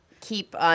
keep